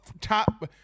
top